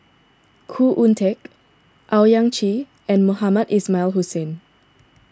Khoo Oon Teik Owyang Chi and Mohamed Ismail Hussain